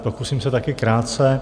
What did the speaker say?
Pokusím se také krátce.